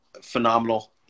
phenomenal